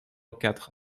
quatre